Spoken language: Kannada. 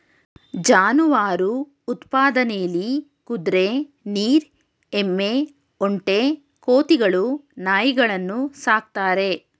ಜಾನುವಾರು ಉತ್ಪಾದನೆಲಿ ಕುದ್ರೆ ನೀರ್ ಎಮ್ಮೆ ಒಂಟೆ ಕೋತಿಗಳು ನಾಯಿಗಳನ್ನು ಸಾಕ್ತಾರೆ